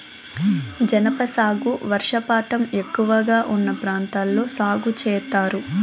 జనప సాగు వర్షపాతం ఎక్కువగా ఉన్న ప్రాంతాల్లో సాగు చేత్తారు